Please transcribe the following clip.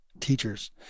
teachers